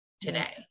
today